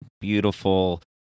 beautiful